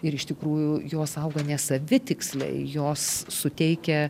ir iš tikrųjų jos auga nesavitiksliai jos suteikia